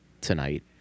tonight